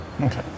Okay